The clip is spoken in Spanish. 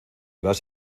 vas